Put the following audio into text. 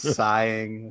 sighing